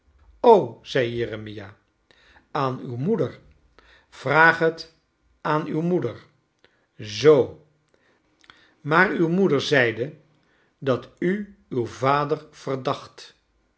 zei jeremia aan uw moeder vraag het aan uw moeder zoo i maar uw moeder zeide dat u uw vader verdacht